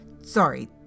Sorry